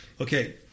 Okay